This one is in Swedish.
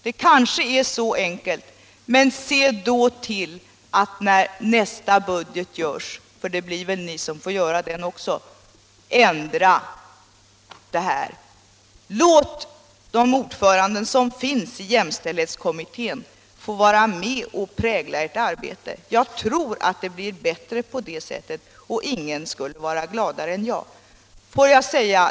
Det kanske är så enkelt, men se då till när nästa budget görs — för det blir väl ni som får göra den också — att ni ändrar det här! Låt de ordförande som finns i jämställdhetskommittén få vara med och prägla ert arbete. Jag tror att det blir bättre på det sättet, och ingen skulle vara gladare än jag över det.